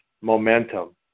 momentum